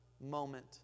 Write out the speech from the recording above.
moment